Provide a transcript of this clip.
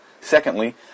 Secondly